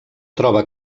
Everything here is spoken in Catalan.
troba